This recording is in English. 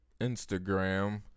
Instagram